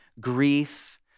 grief